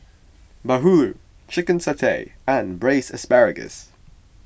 Bahulu Chicken Satay and Braised Asparagus